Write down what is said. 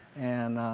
and,